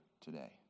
today